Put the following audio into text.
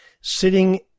sitting